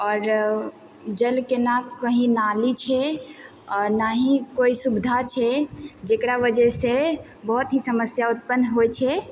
आओर जलके ना कहीँ नाली छै आओर ने ही कोइ सुविधा छै जेकरा वजह से बहुत ही समस्या उत्पन्न होइ छै